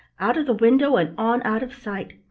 out of the window and on out of sight.